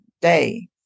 day